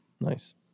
Nice